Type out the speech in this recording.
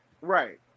Right